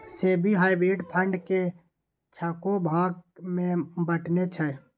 SEBI hybrid fund केँ छओ भाग मे बँटने छै